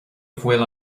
bhfuil